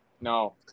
No